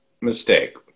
mistake